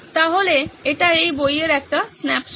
তাহলে এটি এই বইয়ের একটি স্ন্যাপশট